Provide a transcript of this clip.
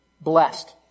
blessed